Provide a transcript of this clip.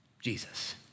Jesus